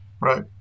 Right